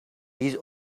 his